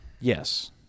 Yes